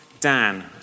dan